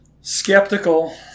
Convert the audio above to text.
Skeptical